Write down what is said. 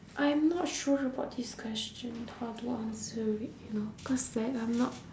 I am not sure about this question how to answer it you know cause like I'm not